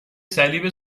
صلیب